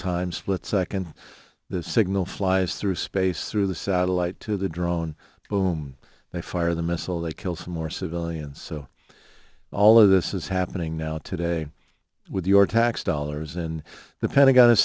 time split second the signal flies through space through the satellite to the drone boom they fire the missile that kills more civilians so all of this is happening now today with your tax dollars and the pentagon is